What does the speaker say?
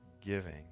giving